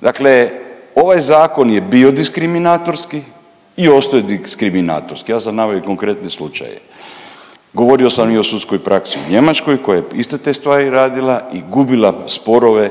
Dakle ovaj zakon je bio diskriminatorski i ostao je diskriminatorski. Ja sam naveo i konkretne slučaje. Govorio sam i o sudskoj praksi u Njemačkoj koja je iste te stvari radila i gubila sporove